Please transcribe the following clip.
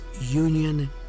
Union